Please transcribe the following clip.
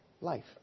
life